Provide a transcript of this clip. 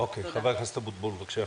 חבר הכנסת אבוטבול, בבקשה.